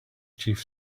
chief